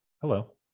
hello